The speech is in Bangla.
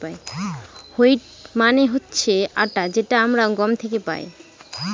হোইট মানে হচ্ছে আটা যেটা আমরা গম থেকে পাই